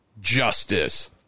justice